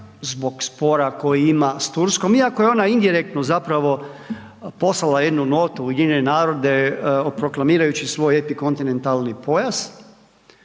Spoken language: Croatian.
zbog spora koji ima s Turskom iako je ona indirektno zapravo poslala jednu notu u UN proklamirajući svoj epikontinentalni pojas,